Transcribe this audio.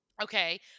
Okay